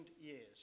years